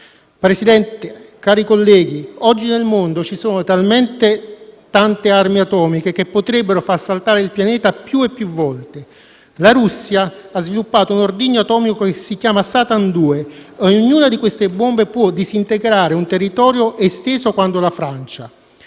Presidente, cari colleghi, oggi nel mondo ci sono talmente tante armi atomiche che potrebbero far saltare il Pianeta più e più volte. La Russia ha sviluppato un ordigno atomico che si chiama «Satan 2», e ognuna di queste bombe può disintegrare un territorio esteso quanto la Francia.